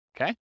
Okay